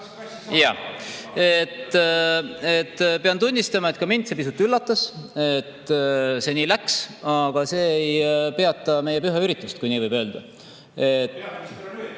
Jaa, pean tunnistama, et ka mind pisut üllatas, et see nii läks. Aga see ei peata meie püha üritust, kui nii võib öelda. (Urmas Reinsalu